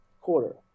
quarter